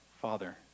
Father